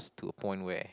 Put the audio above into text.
it's to a point where